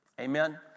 Amen